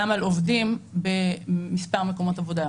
גם על עובדים במספר מקומות עבודה.